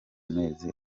mezi